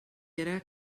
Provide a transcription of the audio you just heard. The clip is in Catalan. era